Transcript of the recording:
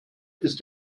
ist